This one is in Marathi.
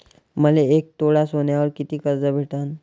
मले एक तोळा सोन्यावर कितीक कर्ज भेटन?